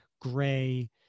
gray